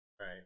Right